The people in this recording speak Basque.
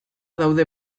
daude